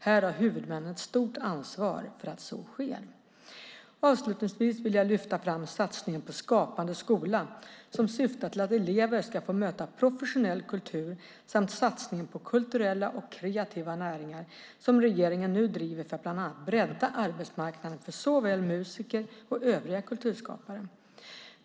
Här har huvudmännen ett stort ansvar för att så sker. Avslutningsvis vill jag lyfta fram satsningen på Skapande skola, som syftar till att elever ska få möta professionell kultur samt den satsning på kulturella och kreativa näringar som regeringen nu driver för att bland annat bredda arbetsmarknaden för såväl musiker som övriga kulturskapare.